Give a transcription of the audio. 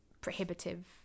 prohibitive